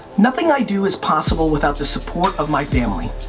nothing i do is possible without the support of my family.